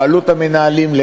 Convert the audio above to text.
או עלות שכר המנהלים,